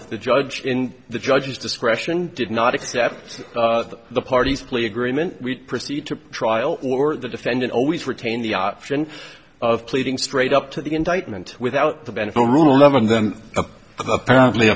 if the judge in the judge's discretion did not accept the parties plea agreement we proceed to trial or the defendant always retain the option of pleading straight up to the indictment without the benefit of rule eleven then apparently